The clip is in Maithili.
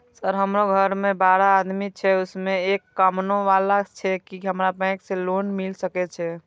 सर हमरो घर में बारह आदमी छे उसमें एक कमाने वाला छे की हमरा बैंक से लोन मिल सके छे?